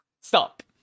Stop